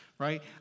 right